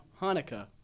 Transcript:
Hanukkah